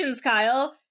Kyle